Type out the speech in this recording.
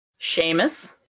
Seamus